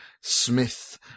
smith